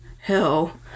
Hell